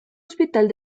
hospital